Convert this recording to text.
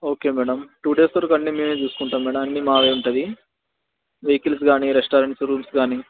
okay madam two days తరువాత అన్నీ మేమే చూసుకుంటాము మేడమ్ అన్నీ మావే ఉంటుంది వెహికల్స్ కానీ రెస్టారెంట్స్ రూమ్స్ కానీ